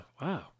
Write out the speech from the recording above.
wow